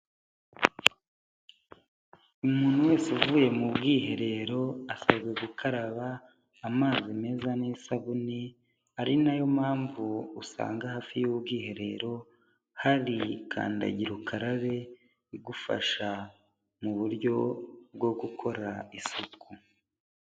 Umuntu wese uvuye mu bwiherero asabwa gukaraba amazi meza n'isabune ari nayo mpamvu usanga hafi y'ubwiherero hari kandagira ukarare igufasha mu buryo bwo gukora isuku.